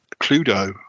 Cluedo